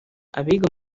abiga